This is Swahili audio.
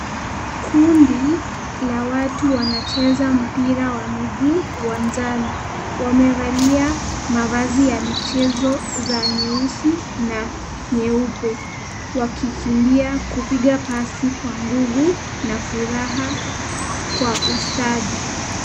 Kundi la watu wanacheza mpira wa miguu uwanjani. Wamevalia mavazi ya michezo za nyeusi na nyeupe, wakikimbia kupiga pasi kwa nguvu na furaha kwa ustadi.